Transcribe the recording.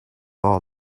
all